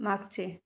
मागचे